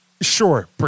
sure